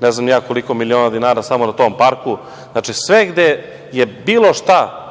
ne znam ni ja koliko miliona dinara samo na tom parku. Znači, sve gde je bilo šta